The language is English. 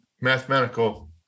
mathematical